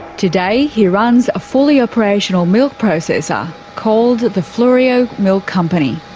today he runs a fully operational milk processor called the fleurieu milk company.